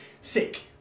sick